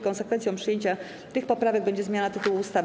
Konsekwencją przyjęcia tych poprawek będzie zmiana tytułu ustawy.